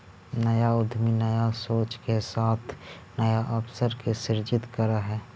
नया उद्यमी नया सोच के साथ नया अवसर के सृजित करऽ हई